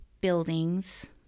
buildings